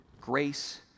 Grace